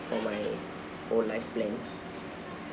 for my whole life plan